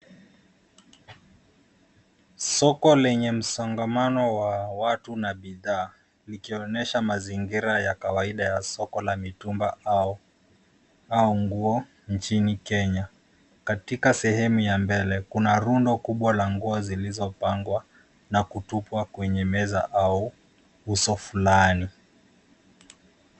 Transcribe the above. Soko lenye msongamano wa watu na bidhaa, likionyesha mazingira ya kawaida ya soko la mitumba au nguo nchini Kenya. Katika sehemu ya mbele, kuna rundo kubwa la nguo zilizo pangwa na kutupwa kwenye meza au uso flani.